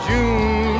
June